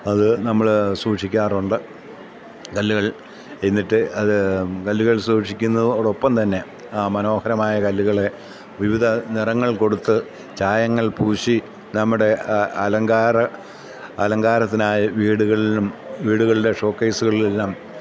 അത് നമ്മള് സൂക്ഷിക്കാറുണ്ട് കല്ലുകൾ എന്നിട്ട് അത് കല്ലുകൾ സൂക്ഷിക്കുന്നതോടൊപ്പം തന്നെ ആ മനോഹരമായ കല്ലുകളെ വിവിധ നിറങ്ങൾ കൊടുത്ത് ഛായങ്ങൾ പൂശി നമ്മുടെ അലങ്കാരത്തിനായി വീടുകളിലും വീടുകളുടെ ഷോക്കേസുകളിലുമെല്ലാം